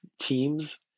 teams